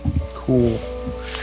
Cool